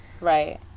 Right